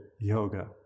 yoga